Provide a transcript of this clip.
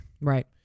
right